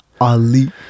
Ali